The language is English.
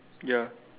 ya